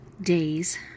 days